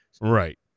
Right